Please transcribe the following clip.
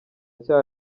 cyaha